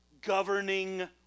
governing